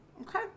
Okay